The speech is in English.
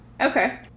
Okay